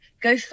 go